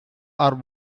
are